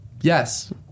yes